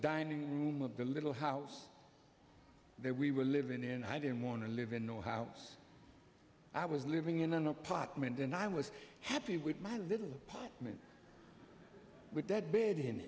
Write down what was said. dining room of the little house that we were living in i didn't want to live in north house i was living in an apartment and i was happy with my little pot with that bed in